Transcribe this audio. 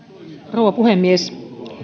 rouva puhemies